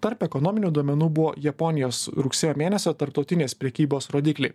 tarp ekonominių duomenų buvo japonijos rugsėjo mėnesio tarptautinės prekybos rodikliai